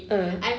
(uh huh)